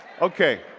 Okay